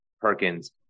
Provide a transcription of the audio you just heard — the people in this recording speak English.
Perkins